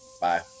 Bye